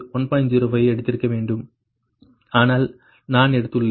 05 ஐ எடுத்திருக்க வேண்டும் ஆனால் நான் எடுத்துள்ளேன்